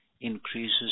increases